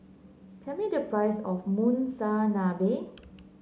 tell me the price of Monsunabe